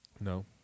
No